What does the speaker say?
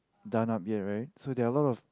done up yet right so there are a lot of